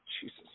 Jesus